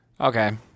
Okay